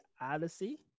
Odyssey